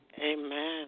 Amen